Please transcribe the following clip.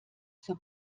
zur